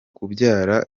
kubyara